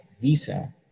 Visa